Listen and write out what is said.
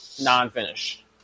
non-finish